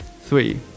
Three